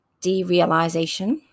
Derealization